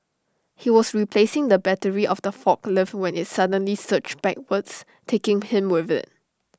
he was replacing the battery of the forklift when IT suddenly search backwards taking him with IT